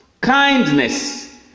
kindness